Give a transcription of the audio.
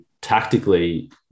tactically